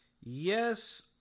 Yes